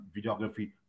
videography